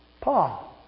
Paul